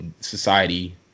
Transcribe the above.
society